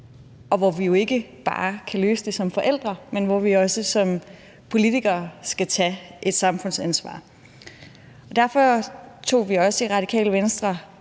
Det kan vi jo ikke bare løse som forældre, vi skal også som politikere tage et samfundsansvar. Derfor tog vi også i Radikale Venstre